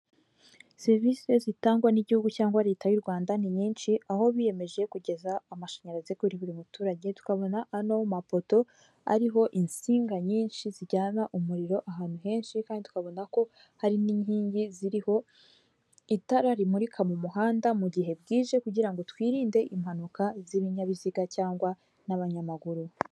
Serivisi zitangwa n'igihugu cyangwa leta y'u Rwanda ni nyinshi aho biyemeje kugeza amashanyarazi kuri buri muturage tukabona ano mapoto ariho insinga nyinshi zijyana umuriro ahantu henshi kandi tukabona ko hari n'inkingi ziriho itara rimurika mu muhanda mu gihe bwije kugira ngo twirinde impanuka z'ibinyabiziga cyangwa n'abanyamaguru.